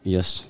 Yes